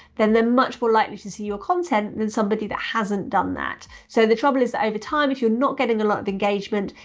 then they're much more likely to see your content than somebody that hasn't done that. so the trouble is that over time, if you're not getting a lot of engagement,